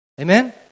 Amen